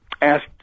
asked